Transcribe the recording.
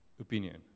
opinion